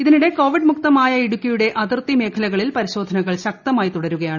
ഇതിനിടെ കോവിഡ് മുക്തമായ ഇടുക്കിയുടെ അതിർത്തി മേഖലകളിൽ പരിശോധനകൾ ശക്തമായി തുടരുകയാണ്